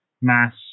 Mass